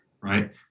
right